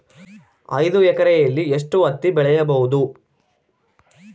ಐದು ಎಕರೆಯಲ್ಲಿ ಎಷ್ಟು ಹತ್ತಿ ಬೆಳೆಯಬಹುದು?